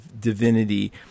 divinity